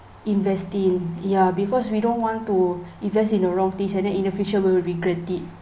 invest in ya because we don't want to invest in the wrong things and then in the future we will regret it